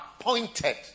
appointed